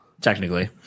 technically